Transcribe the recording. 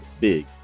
big